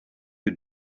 you